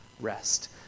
rest